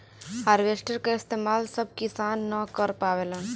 harvester क इस्तेमाल सब किसान न कर पावेलन